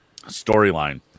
storyline